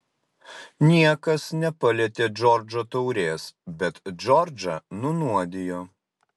niekas nepalietė džordžo taurės bet džordžą nunuodijo